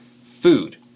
food